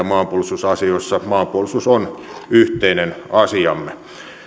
maanpuolustusasioissa maanpuolustus on yhteinen asiamme